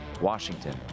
Washington